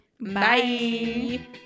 Bye